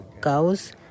cows